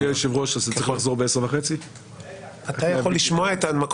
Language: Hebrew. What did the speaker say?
קארין, ביקשת הצהרת